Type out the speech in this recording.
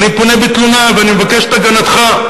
אני פונה בתלונה ואני מבקש את הגנתך.